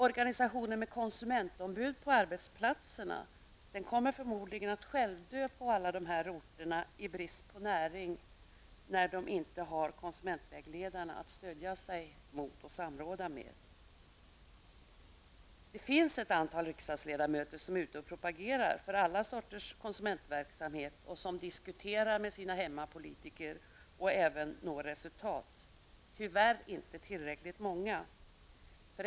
Organisationen med konsumentombud på arbetsplatserna kommer förmodligen att självdö på alla dessa orter i brist på näring när de inte har konsumentvägledarna att stödja sig emot och samråda med. Det finns ett antal riksdagsledamöter som är ute och propagerar för alla sorters konsumentverksamhet och som diskuterar med sina hemmapolitiker och även når resultat. Tyvärr är det inte tillräckligt många.